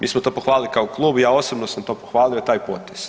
Mi smo to pohvalili kao klub i ja osobno sam to pohvalio taj potez.